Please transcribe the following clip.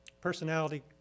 personality